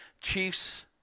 Chiefs